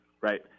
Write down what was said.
right